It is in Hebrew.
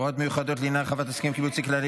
(הוראות מיוחדות לעניין הרחבת הסכם קיבוצי כללי